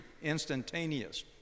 instantaneous